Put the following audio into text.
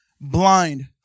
blind